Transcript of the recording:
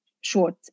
short